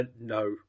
No